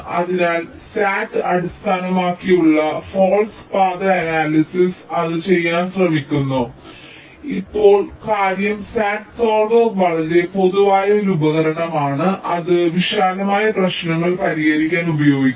അതിനാൽ SAT അടിസ്ഥാനമാക്കിയുള്ള false പാത അനാലിസിസ് അത് ചെയ്യാൻ ശ്രമിക്കുന്നത് ഇതാണ് ഇപ്പോൾ കാര്യം സാറ്റ് സോൾവർ വളരെ പൊതുവായ ഒരു ഉപകരണമാണ് അത് വിശാലമായ പ്രശ്നങ്ങൾ പരിഹരിക്കാൻ ഉപയോഗിക്കാം